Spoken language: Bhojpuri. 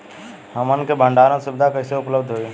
हमन के भंडारण सुविधा कइसे उपलब्ध होई?